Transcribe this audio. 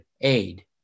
aid